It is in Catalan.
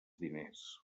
diners